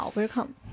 ,Welcome